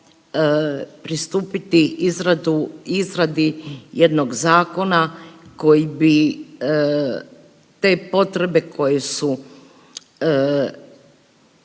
pristupiti izradi jednog zakona koji bi te potrebe koje su